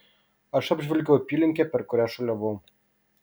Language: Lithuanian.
aš apžvelgiau apylinkę per kurią šuoliavau